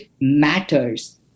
matters